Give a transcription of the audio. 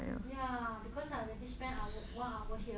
ya because I already spend hour one hour here